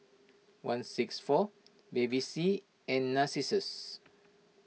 one six four Bevy C and Narcissus